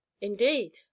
Indeed